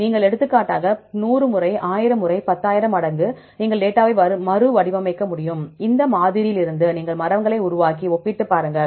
நீங்கள் எடுத்துக்காட்டாக 100 முறை 1000 முறை 10000 மடங்கு நீங்கள் டேட்டாவை மறுவடிவமைக்க முடியும் இந்த மாதிரியிலிருந்து நீங்கள் மரங்களை உருவாக்கி ஒப்பிட்டுப் பாருங்கள்